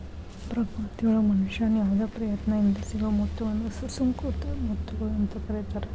ಪ್ರಕೃತಿಯೊಳಗ ಮನುಷ್ಯನ ಯಾವದ ಪ್ರಯತ್ನ ಇಲ್ಲದ್ ಸಿಗೋ ಮುತ್ತಗಳನ್ನ ಸುಸಂಕೃತ ಮುತ್ತುಗಳು ಅಂತ ಕರೇತಾರ